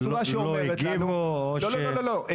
לא הגיבו, או ש לא, לא, לא, הגיבו,